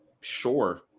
sure